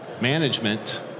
management